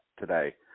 today